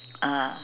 ah